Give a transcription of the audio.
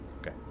Okay